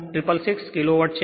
666 kilowatt છે